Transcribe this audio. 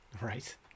right